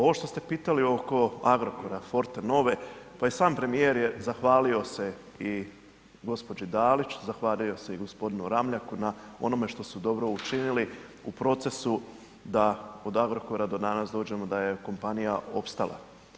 Ovo što ste pitali oko Agrokora, Fortenove pa i sam premijer je zahvalio se i gospođi Dalić, zahvalio se i gospodinu Ramljaku na onome što su dobro učinili u procesu da od Agrokora do danas dođemo da je kompanija opstala.